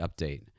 update